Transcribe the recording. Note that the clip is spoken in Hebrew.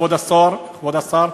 כבוד השר,